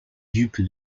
dupe